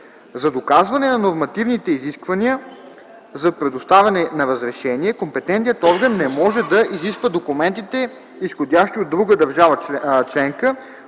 За доказване на нормативните изисквания за предоставяне на разрешение компетентният орган не може да изисква документите, изходящи от друга държава членка,